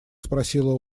спросила